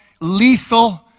lethal